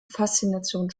faszination